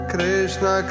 Krishna